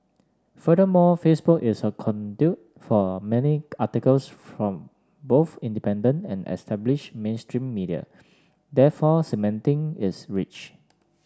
furthermore Facebook is a conduit for many articles from both independent and established mainstream media therefore cementing is reach